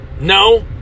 No